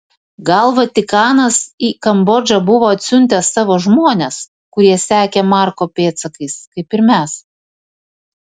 gal vatikanas į kambodžą buvo atsiuntęs savo žmones kurie sekė marko pėdsakais kaip ir mes